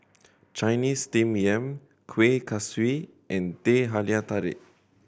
Chinese Steamed Yam Kueh Kaswi and Teh Halia Tarik